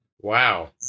Wow